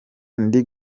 ndi